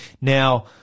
Now